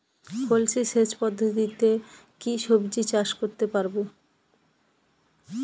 কলসি সেচ পদ্ধতিতে কি সবজি চাষ করতে পারব?